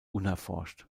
unerforscht